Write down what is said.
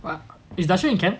is dasson in camp